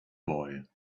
boy